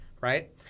right